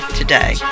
today